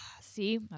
See